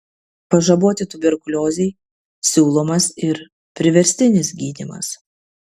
pažaboti tuberkuliozei siūlomas ir priverstinis gydymas